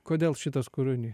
kodėl šitas kūrinys